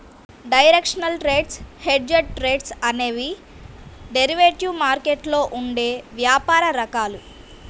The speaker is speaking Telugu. డైరెక్షనల్ ట్రేడ్స్, హెడ్జ్డ్ ట్రేడ్స్ అనేవి డెరివేటివ్ మార్కెట్లో ఉండే వ్యాపార రకాలు